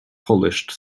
polished